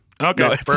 Okay